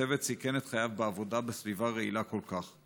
הצוות סיכן את חייו בעבודה בסביבה רעילה כל כך.